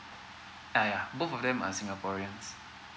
ah yeah both of them are singaporeans